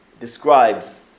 describes